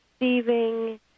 receiving